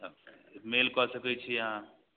मेल कऽ सकै छी अहाँ